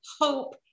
hope